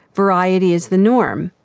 variety is the norm.